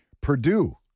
Purdue